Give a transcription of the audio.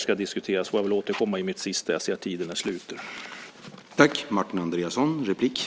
Jag får återkomma i mitt sista inlägg om på vilken nivå frågan ska diskuteras.